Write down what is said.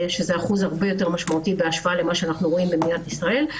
וזה אחוז הרבה יותר משמעותי בהשוואה למה שאנחנו רואים במדינת ישראל.